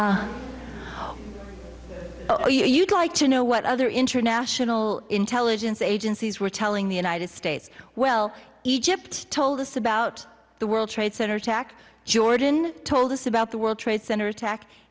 capacity oh you'd like to know what other international intelligence agencies were telling the united states well egypt told us about the world trade center attack jordan told us about the world trade center attack